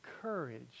courage